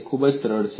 તેટલું સરળ